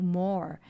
more